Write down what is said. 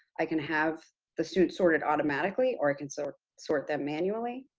i can have the students sorted automatically or i can sort sort them manually.